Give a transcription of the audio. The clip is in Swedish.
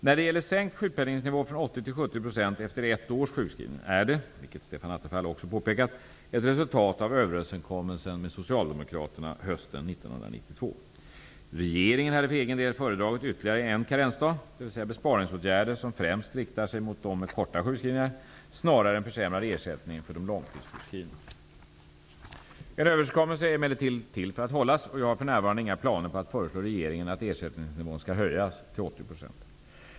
När det gäller sänkt sjukpenningnivå från 80 till 70 % efter ett års sjukskrivning är det, vilket Stefan Attefall också påpekat, ett resultat av överenskommelsen med Socialdemokraterna hösten 1992. Regeringen hade för egen del föredragit ytterligare en karensdag, dvs. besparingsåtgärder som främst riktar sig mot dem med korta sjukskrivningar, snarare än försämrad ersättning för de långtidssjukskrivna. En överenskommelse är emellertid till för att hållas, och jag har för närvarande inga planer på att föreslå regeringen att ersättningsnivån skall höjas till 80 %.